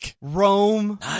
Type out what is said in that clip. Rome